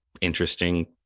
interesting